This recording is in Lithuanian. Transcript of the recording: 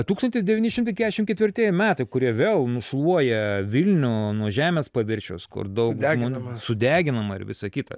tūkstantis devyni šimtai keturiasdešimt ketvirtieji metai kurie vėl nušluoja vilnių nuo žemės paviršiaus kur daug žmon sudeginama ir visa kita